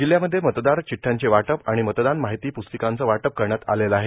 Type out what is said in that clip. जिल्ह्यामध्ये मतदार चिठ्ठ्यांचे वाटप व मतदान माहिती प्स्तिकांचे वाटप करण्यात आलेले आहे